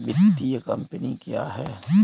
वित्तीय कम्पनी क्या है?